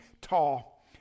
tall